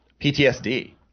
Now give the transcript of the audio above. PTSD